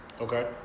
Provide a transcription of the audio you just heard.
Okay